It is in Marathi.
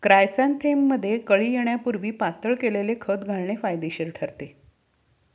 क्रायसॅन्थेमममध्ये कळी येण्यापूर्वी पातळ केलेले खत घालणे फायदेशीर ठरते